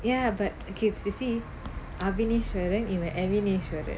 ya but okay she see avinash வேற இவன்:vera ivan abineshwaran